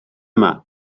yma